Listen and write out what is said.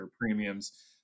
premiums